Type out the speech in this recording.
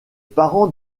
parents